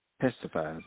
testifies